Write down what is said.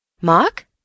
Mark